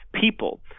people